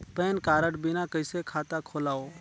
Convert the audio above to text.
Pan card बिना कइसे खाता खोलव?